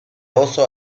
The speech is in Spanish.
oso